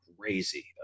crazy